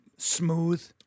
Smooth